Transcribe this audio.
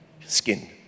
skin